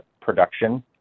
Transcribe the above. Production